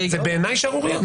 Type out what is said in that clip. בעיניי זה שערורייה.